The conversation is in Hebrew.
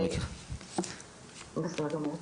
בסדר גמור.